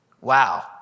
Wow